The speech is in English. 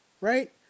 right